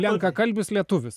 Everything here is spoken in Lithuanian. lenkakalbis lietuvis